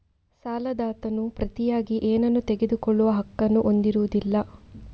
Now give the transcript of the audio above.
ಸಾಲದಾತನು ಪ್ರತಿಯಾಗಿ ಏನನ್ನೂ ತೆಗೆದುಕೊಳ್ಳುವ ಹಕ್ಕನ್ನು ಹೊಂದಿರುವುದಿಲ್ಲ